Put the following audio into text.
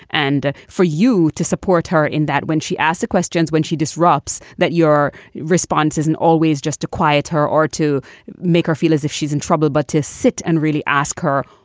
and for you to support her in that when she ask the questions, when she disrupts, that your response isn't always just to quiet her or to make her feel as if she's in trouble, but to sit and really ask her,